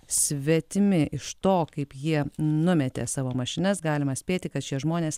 svetimi iš to kaip jie numetė savo mašinas galima spėti kad šie žmonės